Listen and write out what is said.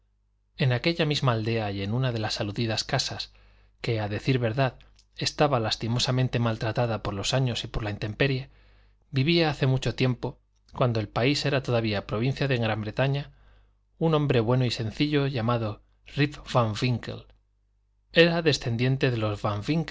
en aquella misma aldea y en una de las aludidas casas que a decir verdad estaba lastimosamente maltratada por los años y por la intemperie vivía hace mucho tiempo cuando el país era todavía provincia de la gran bretaña un hombre bueno y sencillo llamado rip van winkle era descendiente de los